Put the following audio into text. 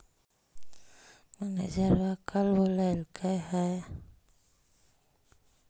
मैनेजरवा कल बोलैलके है?